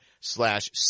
slash